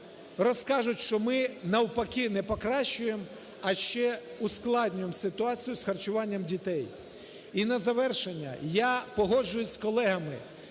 розкажуть, що ми навпаки не покращуємо, а ще ускладнюємо ситуацію з харчуванням дітей. І на завершення, я погоджуюсь з колегами: